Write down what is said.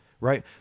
Right